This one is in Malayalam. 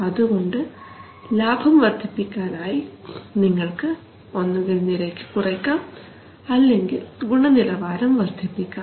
അതുകൊണ്ട് ലാഭം വർധിപ്പിക്കാനായി നിങ്ങൾക്ക് ഒന്നുകിൽ നിരക്ക് കുറയ്ക്കാം അല്ലെങ്കിൽ ഗുണനിലവാരം വർധിപ്പിക്കാം